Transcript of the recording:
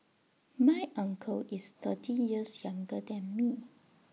my uncle is thirty years younger than me